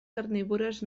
carnívores